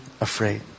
afraid